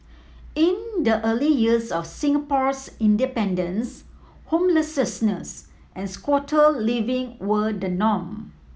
in the early years of Singapore's independence homelessness and squatter living were the norm